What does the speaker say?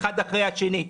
אחד אחרי השני.